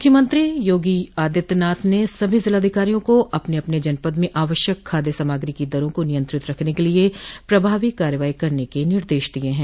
मुख्यमंत्री योगी आदित्यनाथ ने सभी जिलाधिकारियों को अपने अपने जनपद में आवश्यक खादय सामग्री की दरों को नियंत्रित रखने के लिये प्रभावी कार्रवाई करने के निर्देश दिये है